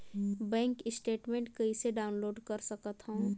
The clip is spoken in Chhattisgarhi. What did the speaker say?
बैंक स्टेटमेंट कइसे डाउनलोड कर सकथव?